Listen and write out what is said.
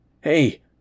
Hey